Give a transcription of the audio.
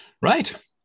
Right